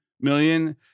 million